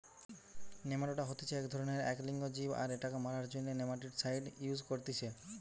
nematoda হতিছে এক ধরণেরএক লিঙ্গ জীব আর এটাকে মারার জন্য নেমাটিসাইড ইউস করতিছে